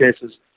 cases